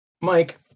Mike